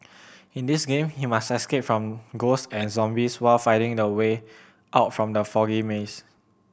in this game you must escape from ghosts and zombies while finding the way out from the foggy maze